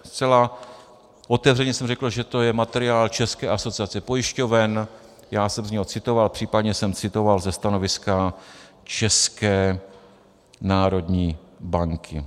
Zcela otevřeně jsem řekl, že to je materiál České asociace pojišťoven, já jsem z něj citoval, příp. jsem citoval ze stanoviska České národní banky.